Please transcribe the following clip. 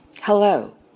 Hello